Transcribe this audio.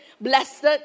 Blessed